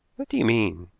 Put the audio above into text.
what do you mean?